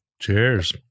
Cheers